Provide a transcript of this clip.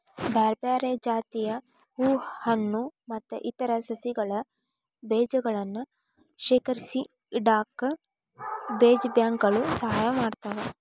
ಬ್ಯಾರ್ಬ್ಯಾರೇ ಜಾತಿಯ ಹೂ ಹಣ್ಣು ಮತ್ತ್ ಇತರ ಸಸಿಗಳ ಬೇಜಗಳನ್ನ ಶೇಖರಿಸಿಇಡಾಕ ಬೇಜ ಬ್ಯಾಂಕ್ ಗಳು ಸಹಾಯ ಮಾಡ್ತಾವ